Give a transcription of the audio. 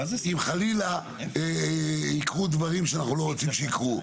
אם חלילה יקרו דברים שאנחנו לא רוצים שיקרו.